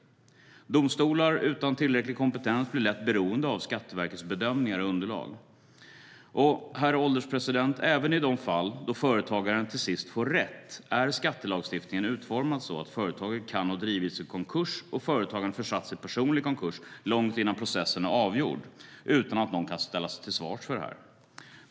Domstolar utan tillräcklig kompetens blir lätt beroende av Skatteverkets bedömningar och underlag. Herr ålderspresident! Även i fall då företagaren till sist får rätt är skattelagstiftningen utformad så att företaget kan ha drivits i konkurs och företagaren försatts i personlig konkurs långt innan processen är avgjord, utan att någon kan ställas till svars för det.